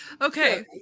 Okay